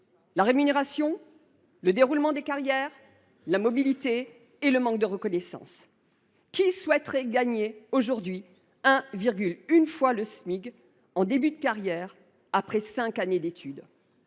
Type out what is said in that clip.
la rémunération, le déroulement des carrières, la mobilité et le manque de reconnaissance. Qui aujourd’hui souhaiterait gagner 1,1 fois le Smic en début de carrière après cinq années d’études ?